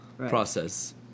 process